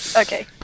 okay